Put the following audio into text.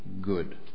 good